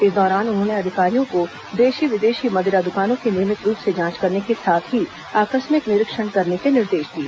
इस दौरान उन्होंने अधिकारियों को देशी विदेशी मदिरा दुकानों की नियमित रूप से जांच करने के साथ ही आकस्मिक निरीक्षण करने करने के निर्देश दिए